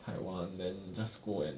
taiwan just go and